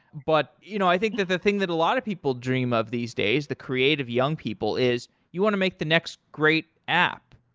but you know i think that the thing that a lot of people dream of these days, the creative young people, is you want to make the next great app,